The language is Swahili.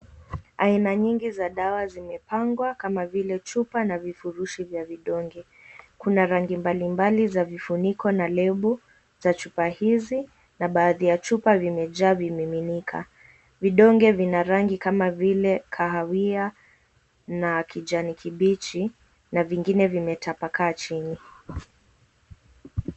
Aina nyingi za dawa zimepangwa kama vile chupa na vifurishi vya vidonge, kuna rangi mbalimbali za vifuniko na lebo za chupa hizi na baadhi ya chupa zimejaa viminika vidonge vya rangi kama vile kahawia na kijani kibichi na vingine vimetapakaa chini.